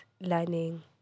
learning